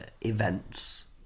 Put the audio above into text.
events